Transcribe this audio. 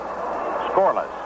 Scoreless